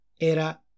Era